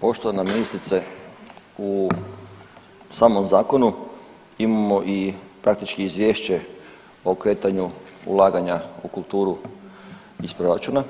Poštovana ministrice u samom zakonu imamo praktički i izvješće o kretanju ulaganja u kulturu iz proračuna